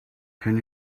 can